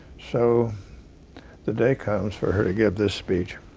so the day comes for her to give this speech.